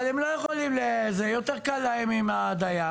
יותר קל להם עם הדייר.